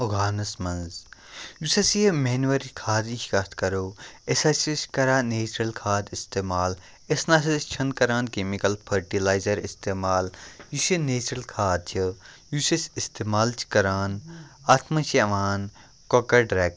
اُگاونَس منٛز یُس ہسا یہِ مٮ۪نوَرِچ کھادٕچ کتھ کَرو أسۍ ہَسا چھِ کَران نیچرَل کھاد استعمال أسۍ نَہ سا چھِنہٕ کَران کیٚمِکَل فٔرٹِلایزَر استعمال یُس یہِ نیچرَل کھاد چھِ یُس أسۍ استعمال چھِ کَران اَتھ منٛز چھِ یِوان کۄکر رٮ۪کہٕ